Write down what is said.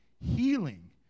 healing